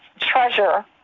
treasure